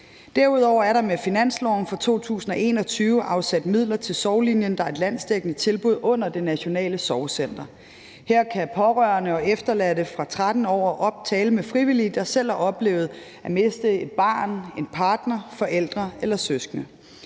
Derudover er der med finansloven for 2021 afsat midler til Sorglinjen, der er et landsdækkende tilbud under Det Nationale Sorgcenter. Her kan pårørende og efterladte fra 13 år og op tale med frivillige, der selv har oplevet at miste et barn, en partner, en forælder eller søskende.